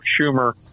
Schumer